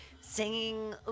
singing